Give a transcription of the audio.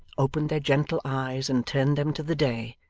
opened their gentle eyes and turned them to the day.